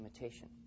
imitation